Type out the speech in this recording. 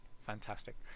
Fantastic